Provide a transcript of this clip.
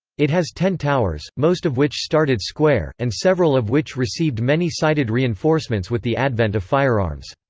it has ten towers, most of which started square, and several of which received many-sided reinforcements with the advent of firearms.